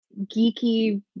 geeky